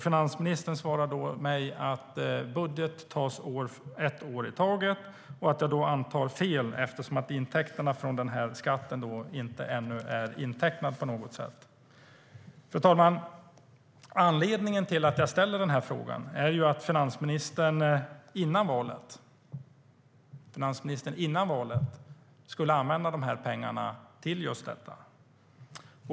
Finansministern svarar mig att beslut om budget tas ett år i taget och att jag antar fel eftersom intäkterna från den här skatten ännu inte på något sätt är intecknade. Fru talman! Anledningen till att jag ställer den här frågan är att finansministern före valet skulle använda de här pengarna till just detta.